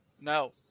No